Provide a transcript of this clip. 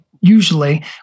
usually